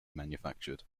manufactured